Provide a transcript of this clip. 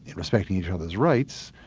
and respecting each other's rights.